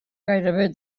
gairebé